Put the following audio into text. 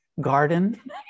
garden